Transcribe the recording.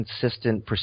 consistent